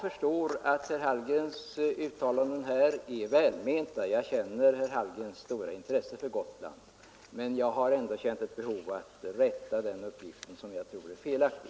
Eftersom jag känner till herr Hallgrens stora intresse för Gotland förstår jag att hans uttalanden är välmenta, men jag har ändå känt ett behov av att rätta till denna uppgift, som jag tror är felaktig.